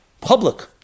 public